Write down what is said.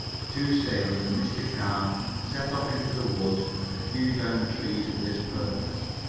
the two sailors, and mr. carr set off into the woods to hew down trees for this purpose.